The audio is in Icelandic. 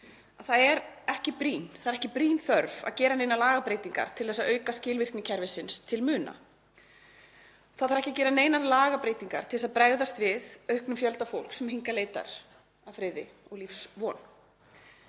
það er ekki brýn þörf að gera neinar lagabreytingar til að auka skilvirkni kerfisins til muna. Það þarf ekki að gera neinar lagabreytingar til þess að bregðast við auknum fjölda fólks sem hingað leitar að friði og lífsvon.